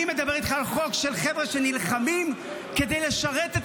ואני מדבר איתך על חוק של חבר'ה שנלחמים כדי לשרת את